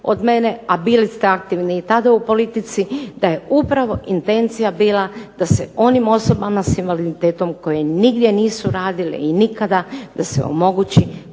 od mene a bili ste aktivni i tada u politici da je upravo intencija bila da se onim osobama s invaliditetom koje nigdje nisu radile i nikada da se omogući